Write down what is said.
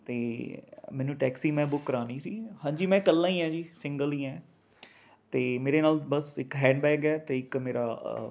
ਅਤੇ ਮੈਨੂੰ ਟੈਕਸੀ ਮੈਂ ਬੁੱਕ ਕਰਵਾਉਣੀ ਸੀ ਹਾਂਜੀ ਮੈਂ ਇਕੱਲਾ ਹੀ ਹੈ ਜੀ ਸਿੰਗਲ ਹੀ ਹੈ ਅਤੇ ਮੇਰੇ ਨਾਲ ਬਸ ਇੱਕ ਹੈਂਡਬੈਗ ਹੈ ਅਤੇ ਇੱਕ ਮੇਰਾ